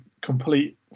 complete